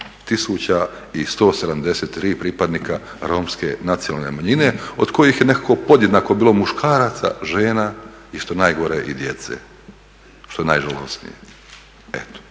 16173 pripadnika Romske nacionalne manjine od kojih je nekako podjednako bilo muškaraca, žena i što je najgore i djece. Što je najžalosnije.